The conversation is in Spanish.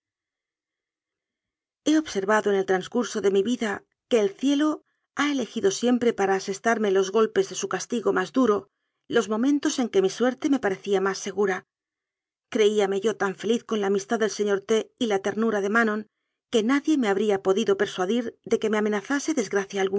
he observado en el transcurso de mi vida que el cielo ha elegido siempre para asestarme los gol pes de su castigo más duro los momentos en que mi suerte me parecía más segura creíame yo tan feliz con la amistad del señor t y la ternura de manon que nadie me habría podido persuadir de que me amenazase